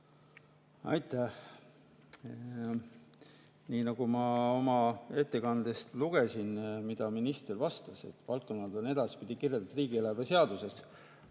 Aitäh! Nii nagu ma oma ettekandes ette lugesin, minister vastas, et valdkonnad on edaspidi kirjas riigieelarve seaduses.